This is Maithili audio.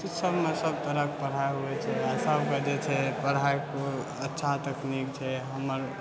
तऽ सबमे सब तरहक पढ़ाइ होइ छै आओर सबके जे छै पढ़ाइ खूब अच्छा तकनीक छै हमर